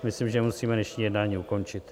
Myslím, že musíme dnešní jednání ukončit.